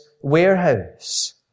warehouse